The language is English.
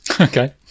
Okay